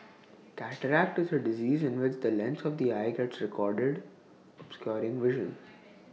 cataract is A disease in which the lens of the eye gets re clouded obscuring vision